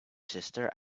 sister